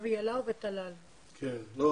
ילאר.